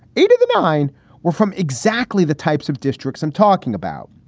eight of the nine were from exactly the types of districts i'm talking about.